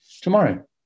tomorrow